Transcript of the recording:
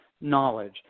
knowledge